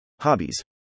Hobbies